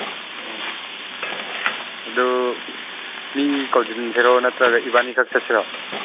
ꯑꯣ ꯑꯗꯨ ꯃꯤ ꯀꯧꯁꯤꯟꯁꯤꯔꯣ ꯅꯠꯇ꯭ꯔꯒ ꯏꯕꯥꯟꯅꯤꯈꯛ ꯆꯠꯁꯤꯔꯣ